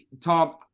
Tom